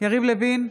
יריב לוין,